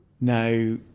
Now